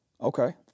Okay